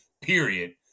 period